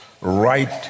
right